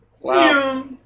Wow